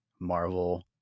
Marvel